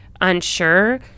unsure